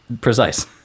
precise